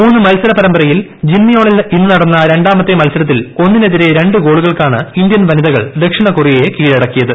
മൂന്ന് മത്സര പരമ്പരയിൽ ജിൻമിയോണിൽ ഇന്ന് നടന്ന രണ്ടാമത്തെ മത്സരത്തിൽ ഒന്നിനെതിരെ രണ്ട് ഗോളുകൾക്കാണ് ഇന്ത്യൻ വനിതകൾ ദക്ഷിണകൊറിയയെ കീഴടക്കിയത്